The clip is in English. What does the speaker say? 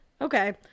Okay